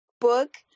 book